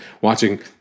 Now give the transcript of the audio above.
watching